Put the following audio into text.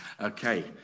Okay